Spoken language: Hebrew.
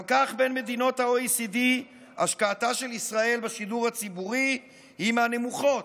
גם כך בין מדינות ה-OECD השקעתה של ישראל בשידור הציבורי היא מהנמוכות,